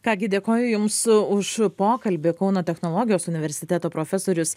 ką gi dėkoju jums už pokalbį kauno technologijos universiteto profesorius